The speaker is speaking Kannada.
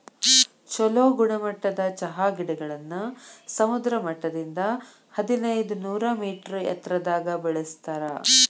ಚೊಲೋ ಗುಣಮಟ್ಟದ ಚಹಾ ಗಿಡಗಳನ್ನ ಸಮುದ್ರ ಮಟ್ಟದಿಂದ ಹದಿನೈದನೂರ ಮೇಟರ್ ಎತ್ತರದಾಗ ಬೆಳೆಸ್ತಾರ